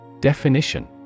Definition